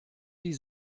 die